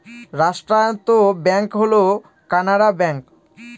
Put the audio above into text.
রাষ্ট্রায়ত্ত ব্যাঙ্ক হল কানাড়া ব্যাঙ্ক